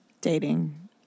Dating